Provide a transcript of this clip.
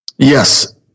Yes